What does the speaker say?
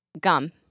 Gum